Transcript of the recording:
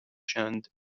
شوند